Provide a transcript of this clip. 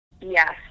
Yes